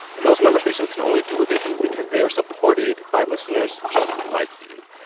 and those member stations can only do what they do because they are supported by listeners just like you.